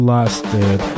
Lasted